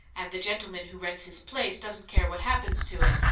and the gentleman who rents his place doesn't care what happens to it,